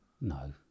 No